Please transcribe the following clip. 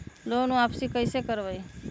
Loan वापसी कैसे करबी?